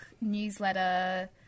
newsletter